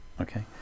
okay